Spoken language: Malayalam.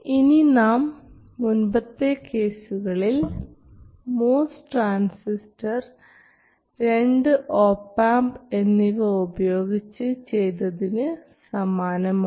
ഇത് നാം മുൻപത്തെ കേസുകളിൽ MOS ട്രാൻസിസ്റ്റർ 2 ഒപാംപ് എന്നിവ ഉപയോഗിച്ച് ചെയ്തതിനു സമാനമാണ്